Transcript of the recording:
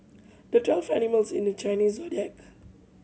there twelve animals in the Chinese Zodiac